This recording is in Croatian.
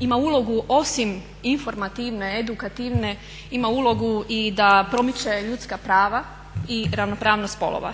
ima ulogu osim informativne, edukativne ima ulogu i da promiče ljudska prava i ravnopravnost spolova